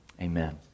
Amen